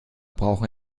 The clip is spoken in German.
brauchen